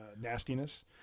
nastiness